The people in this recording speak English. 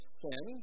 sin